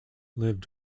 lived